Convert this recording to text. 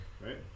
right